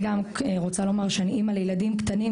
אני רוצה לומר שאני אמא לילדים קטנים,